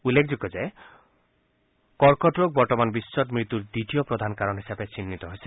উল্লেখযোগ্য যে কৰ্কটৰোগে বৰ্তমান বিশ্বত মৃত্যৰ দ্বিতীয় প্ৰধান কাৰণ হিচাপে চিহ্নিত হৈছে